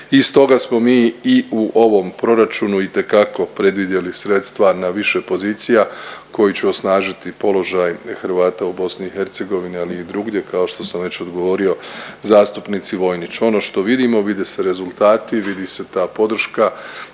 i stoga smo mi i u ovom proračunu itekako predvidjeli sredstva na više pozicija koji će osnažiti položaj Hrvata u BiH, ali i drugdje kao što sam već odgovorio zastupnici Vojnić. Ono što vidimo vide se rezultati, vidi se ta podrška,